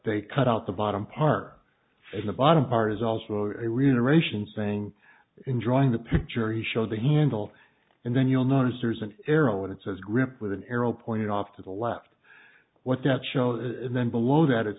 they cut out the bottom part in the bottom part is also a reiteration saying enjoying the picture he showed the handle and then you'll notice there's an arrow and it says grip with an arrow pointing off to the left what that show is and then below that it